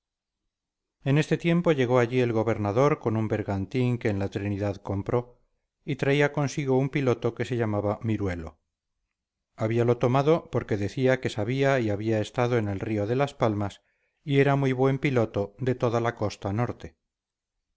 en este tiempo llegó allí el gobernador con un bergantín que en la trinidad compró y traía consigo un piloto que se llamaba miruelo habíalo tomado porque decía que sabía y había estado en el río de las palmas y era muy buen piloto de toda la costa norte